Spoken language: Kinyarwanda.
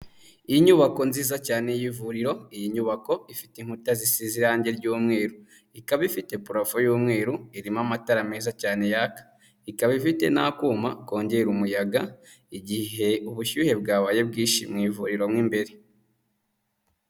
Inyubako nziza cyane y'ivuriro, iyi nyubako ifite inkuta zisize irangi ry'umweru, ikaba ifite parafo y'umweru, irimo amatara meza cyane yaka, ikaba ifite n'akuma kongera umuyaga igihe ubushyuhe bwabaye bwinshi mu ivuriro mo imbere.